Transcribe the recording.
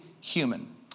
human